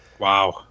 Wow